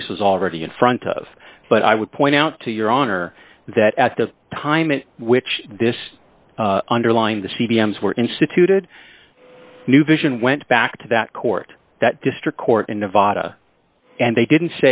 cases already in front of but i would point out to your honor that at the time in which this underlined the c d s were instituted new vision went back to that court that district court in nevada and they didn't